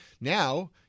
Now